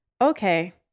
Okay